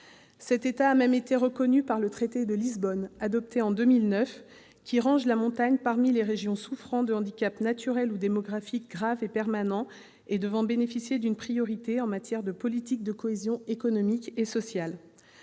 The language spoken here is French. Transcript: Cet état a même été reconnu par le traité de Lisbonne, adopté en 2009, qui range la montagne parmi les « régions souffrant de handicaps naturels ou démographiques graves et permanents » et devant bénéficier d'une priorité en matière de politique de cohésion économique et sociale.